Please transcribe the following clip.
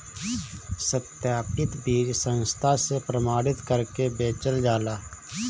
सत्यापित बीज संस्था से प्रमाणित करके बेचल जाला